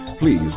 please